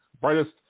brightest